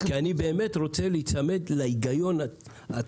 כי אני באמת רוצה להיצמד להיגיון הישר,